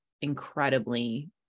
incredibly